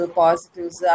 positives